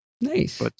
Nice